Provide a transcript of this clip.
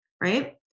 Right